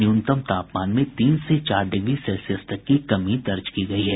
न्यूनतम तापमान में तीन से चार डिग्री सेल्सियस तक की कमी दर्ज की गयी है